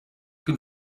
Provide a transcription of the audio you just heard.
been